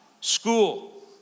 School